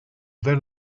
then